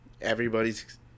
everybody's